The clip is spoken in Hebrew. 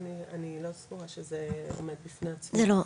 אני לא סגורה שזה עומד בפני ה- לא,